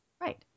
Right